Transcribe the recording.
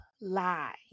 lie